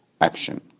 action